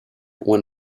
when